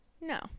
No